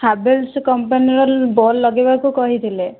Havells company ର bulb ଲଗେଇବାକୁ କହିଥିଲେ